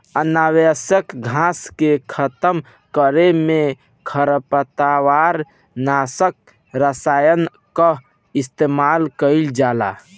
अनावश्यक घास के खतम करे में खरपतवार नाशक रसायन कअ इस्तेमाल कइल जाला